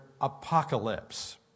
apocalypse